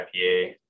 IPA